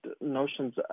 notions